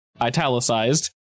italicized